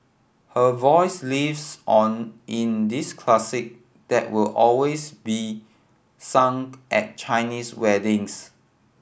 her voice lives on in this classic that will always be sung at Chinese weddings